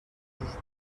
sus